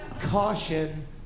caution